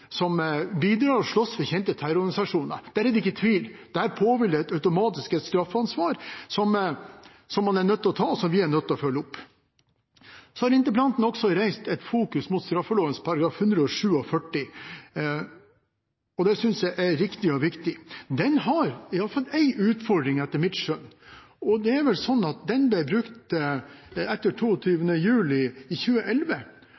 bidrar og slåss for kjente terrororganisasjoner, er det ikke noen tvil. Der påhviler automatisk et straffansvar man er nødt til å ta, og som man er nødt til å følge opp. Interpellanten har også fokusert på straffeloven § 147. Det synes jeg er riktig og viktig. Den har etter mitt skjønn i alle fall én utfordring. Det er sånn at den ble brukt etter